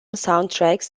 soundtracks